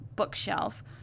Bookshelf